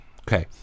okay